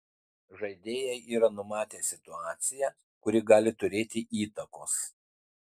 žaidėjai yra numatę situaciją kuri gali turėti įtakos